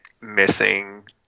missing